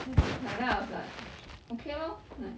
has then I was like okay lor like